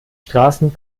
straßen